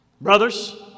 Brothers